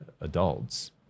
adults